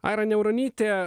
aira niauronytė